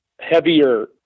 heavier